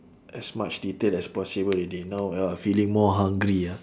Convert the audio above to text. as much detail as possible already now we're feeling more hungry ah